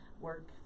work